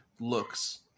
looks –